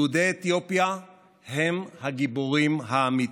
יהודי אתיופיה הם הגיבורים האמיתיים.